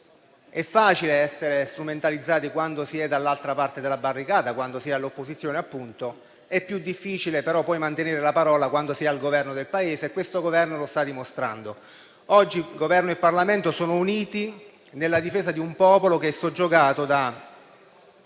è facile essere strumentalizzati quando si è dall'altra parte della barricata, quando si è all'opposizione. È più difficile, però, mantenere poi la parola quando si è al Governo del Paese. Questo Governo lo sta dimostrando. Oggi Governo e Parlamento sono uniti nella difesa di un popolo che è soggiogato da